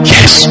Yes